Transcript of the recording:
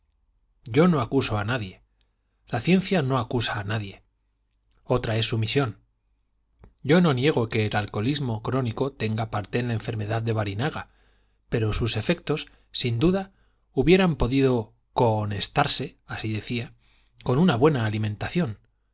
yo no acuso a nadie la ciencia no acusa a nadie otra es su misión yo no niego que el alcoholismo crónico tenga parte en la enfermedad de barinaga pero sus efectos sin duda hubieran podido cohonestarse así decía con una buena alimentación